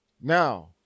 Now